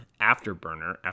Afterburner